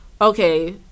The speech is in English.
okay